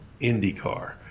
IndyCar